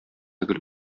гел